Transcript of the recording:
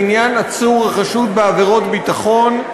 בעניין עצור החשוד בעבירות ביטחון,